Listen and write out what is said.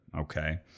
Okay